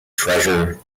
treasure